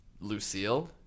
Lucille